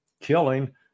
killing